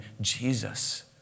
Jesus